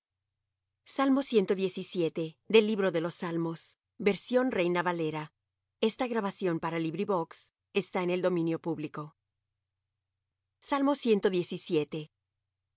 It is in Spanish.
el templo de su santidad la silla de jehová está en el